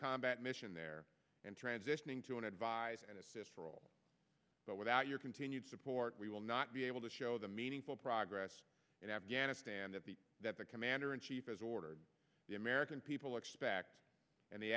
combat mission there and transitioning to an advise and assist role but without your continued support we will not be able to show the meaningful progress in afghanistan that the that the commander in chief has ordered the american people expect and the